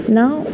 now